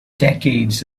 decades